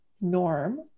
norm